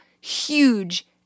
huge